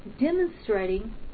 demonstrating